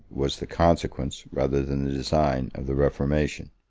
was the consequence, rather than the design, of the reformation.